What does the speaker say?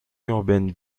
urbaine